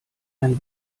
ein